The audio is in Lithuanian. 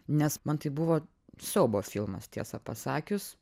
nes man tai buvo siaubo filmas tiesą pasakius